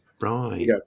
Right